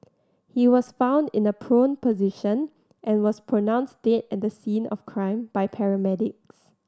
he was found in a prone position and was pronounced dead at the scene of crime by paramedics